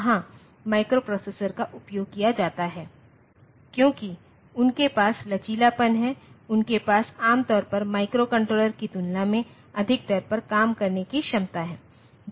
वहां माइक्रोप्रोसेसरों का उपयोग किया जाता है क्योंकि उनके पास लचीलापन है उनके पास आमतौर पर माइक्रोकंट्रोलर की तुलना में अधिक दर पर काम करने की क्षमता है